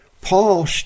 paul